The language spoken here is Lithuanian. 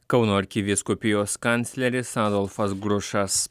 kauno arkivyskupijos kancleris adolfas grušas